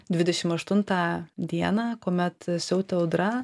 dvidešim aštuntą dieną kuomet siautė audra